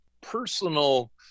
personal